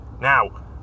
Now